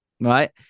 right